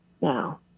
now